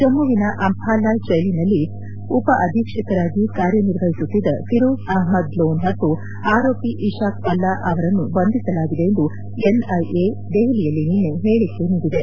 ಜಮ್ಮವಿನ ಅಂಫಾಲ ಜೈಲಿನಲ್ಲಿ ಉಪ ಅಧೀಕ್ಷಕಾಗಿ ಕಾರ್ಯ ನಿರ್ವಹಿಸುತ್ತಿದ್ದ ಫಿರೋಜ್ ಅಷ್ಮದ್ ಲೋನ್ ಹಾಗೂ ಆರೋಪಿ ಇಶಾಕ್ ಪಲ್ಲಾ ಅವರನ್ನು ಬಂಧಿಸಲಾಗಿದೆ ಎಂದು ಎನ್ಐಎ ದೆಹಲಿಯಲ್ಲಿ ನಿನ್ನೆ ಹೇಳಕೆ ನೀಡಿದೆ